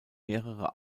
mehrere